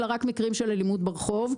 אלא רק מקרים של אלימות ברחוב.